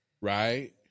Right